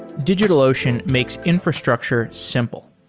digitalocean makes infrastructure simple.